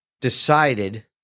decided